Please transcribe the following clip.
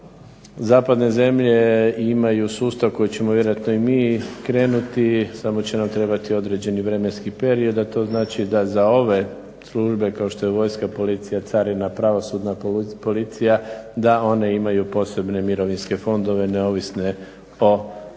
zapadne zemlje imaju sustav koji ćemo vjerojatno i mi krenuti samo će nam trebati određeni vremenski period, a to znači da za ove službe kao što je vojska, policija, carina, pravosudna policija da one imaju posebne mirovinske fondove neovisne o